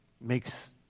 makes